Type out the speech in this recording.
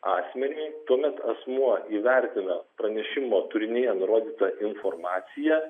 asmeniui tuomet asmuo įvertina pranešimo turinyje nurodytą informaciją